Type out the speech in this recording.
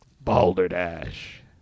balderdash